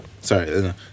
sorry